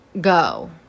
go